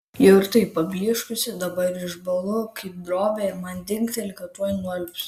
jau ir taip pablyškusi dabar išbąlu kaip drobė ir man dingteli kad tuoj nualpsiu